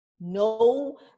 No